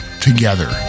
together